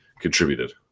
contributed